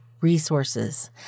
resources